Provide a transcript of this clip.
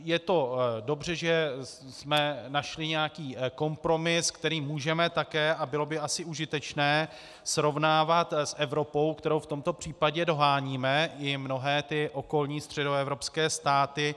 Je to dobře, že jsme našli nějaké kompromis, který můžeme také, a bylo by asi užitečné, srovnávat s Evropou, kterou v tomto případě doháníme, i mnohé okolní středoevropské státy.